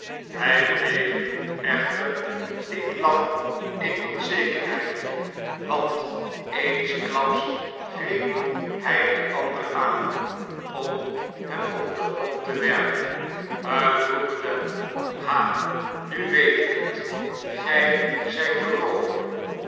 hij bleef echter met lang m onzekerheid want eensklaps greep hij den ander aan om hem op den grond te werpen uitroepende ha nu weet ik net gij zijt de